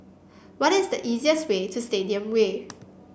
what is the easiest way to Stadium Way